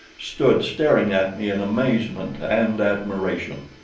stood staring at me in amazement and admiration.